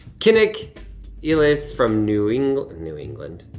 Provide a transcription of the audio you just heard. kinnick elis from new england, new england,